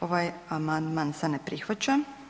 Ovaj amandman se ne prihvaća.